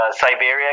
Siberia